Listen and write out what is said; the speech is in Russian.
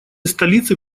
столицы